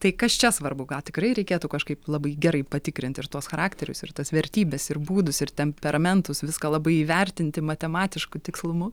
tai kas čia svarbu gal tikrai reikėtų kažkaip labai gerai patikrint ir tuos charakterius ir tas vertybes ir būdus ir temperamentus viską labai įvertinti matematišku tikslumu